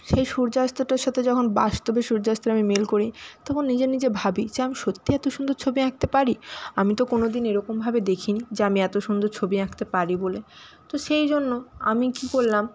সেই সূর্যাস্তটার সাথে যখন বাস্তবের সূর্যাস্তের আমি মিল করি তখন নিজে নিজে ভাবি যে আমি সত্যিই এত সুন্দর ছবি আঁকতে পারি আমি তো কোনওদিন এরকমভাবে দেখিনি যে আমি এত সুন্দর ছবি আঁকতে পারি বলে তো সেই জন্য আমি কি করলাম